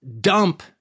dump